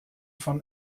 von